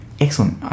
excellent